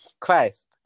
Christ